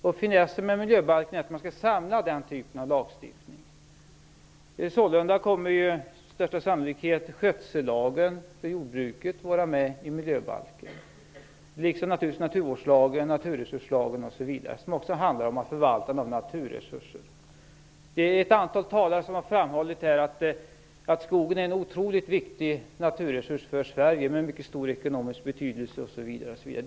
Finessen med miljöbalken är att samla den typen av lagstiftning. Sålunda kommer med största sannolikhet skötsellagen för jordbruket att vara med i miljöbalken liksom naturligtvis naturvårdslagen, naturresurslagen osv., som också handlar om att förvalta naturresurser. Det är ett antal talare som här har framhållit att skogen är en otroligt viktig naturresurs för Sverige med mycket stor ekonomisk betydelse.